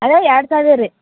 ಅದೇ ಎರಡು ಸಾವಿರ ರೀ